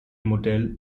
modell